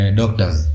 doctors